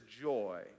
joy